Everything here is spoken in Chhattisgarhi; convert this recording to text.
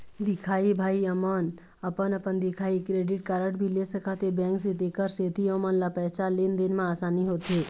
दिखाही भाई हमन अपन अपन दिखाही क्रेडिट कारड भी ले सकाथे बैंक से तेकर सेंथी ओमन ला पैसा लेन देन मा आसानी होथे?